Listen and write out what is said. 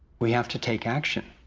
we have to take action.